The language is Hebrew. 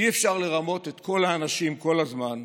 אי-אפשר לרמות את כל האנשים כל הזמן,